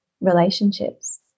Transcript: relationships